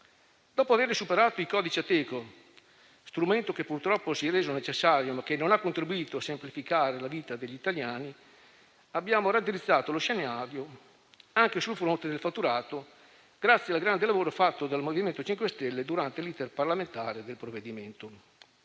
Dopo aver superato i codici Ateco, strumento che purtroppo si è reso necessario, ma che non ha contribuito a semplificare la vita degli italiani, abbiamo raddrizzato lo scenario anche sul fronte del fatturato, grazie al grande lavoro fatto dal MoVimento 5 Stelle durante l'*iter* parlamentare del provvedimento.